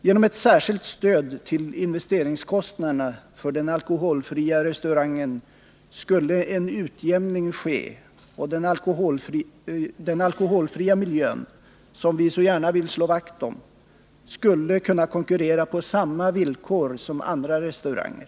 Genom ett särskilt stöd för investeringskostnaderna till de alkoholfria restaurangerna skulle en utjämning ske, och den alkoholfria miljön, som vi så gärna vill slå vakt om, skulle kunna konkurrera på samma villkor som andra restaurangär.